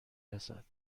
رسد